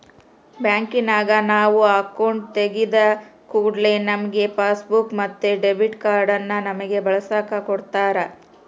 ಬ್ಯಾಂಕಿನಗ ನಾವು ಅಕೌಂಟು ತೆಗಿದ ಕೂಡ್ಲೆ ನಮ್ಗೆ ಪಾಸ್ಬುಕ್ ಮತ್ತೆ ಡೆಬಿಟ್ ಕಾರ್ಡನ್ನ ನಮ್ಮಗೆ ಬಳಸಕ ಕೊಡತ್ತಾರ